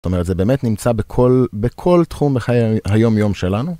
זאת אומרת, זה באמת נמצא בכל תחום בחיי היום-יום שלנו?